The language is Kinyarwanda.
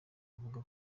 avuga